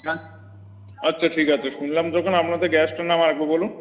হ্যাঁ আচ্ছা ঠিক আছে শুনলাম যখন আমনাদের গ্যারেজটার নাম আর একবার বলুন